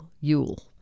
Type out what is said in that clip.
Yule